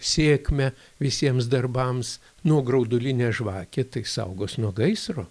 sėkmę visiems darbams nu o graudulinė žvakė tai saugos nuo gaisro